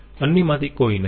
અન્યમાંથી કોઈ નહીં